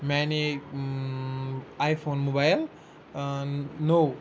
مےٚ اَنے iPhone mobile ٲں نوٚو